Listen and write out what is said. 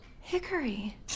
Hickory